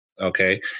Okay